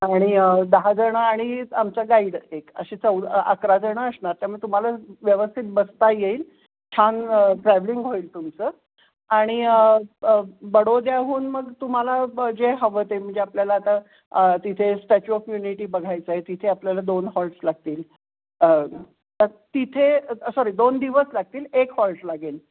आणि दहा जणं आणि आमचा गाईड एक अशी चौ अकरा जणं असणार त्यामुळे तुम्हाला व्यवस्थित बसता येईल छान ट्रॅव्हलिंग होईल तुमचं आणि बडोद्याहून मग तुम्हाला ब जे हवं ते म्हणजे आपल्याला आता तिथे स्टॅच्यू ऑफ युनिटी बघायचं आहे तिथे आपल्याला दोन हॉल्ट लागतील तिथे सॉरी दोन दिवस लागतील एक हॉल्ट लागेल